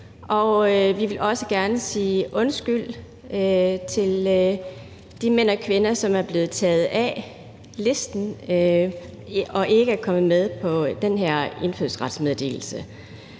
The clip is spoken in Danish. Vi vil også gerne sige undskyld til de mænd og kvinder, som er blevet taget af listen og ikke er kommet med på den her indfødsretsmeddelelse.